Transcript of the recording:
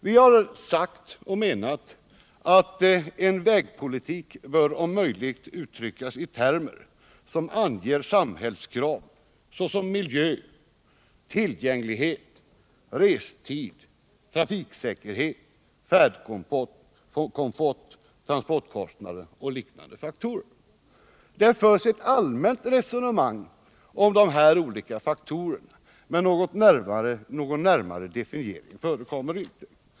Vi har sagt och menat att en vägpolitik bör om möjligt uttryckas i termer som anger samhällskrav såsom miljö, tillgänglighet, restid, trafiksäkerhet, färdkomfort, transportkostnader och liknande faktorer. Det har förts ett allmänt resonemang om de här olika faktorerna, men någon närmare definiering förekommer inte.